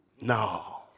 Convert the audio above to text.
No